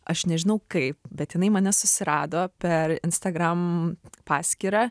aš nežinau kaip bet jinai mane susirado per instagram paskyrą